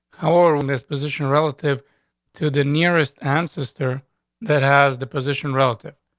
how are on this position relative to the nearest ancestor that has the position relative.